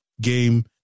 game